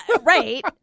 Right